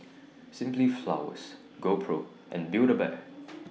Simply Flowers GoPro and Build A Bear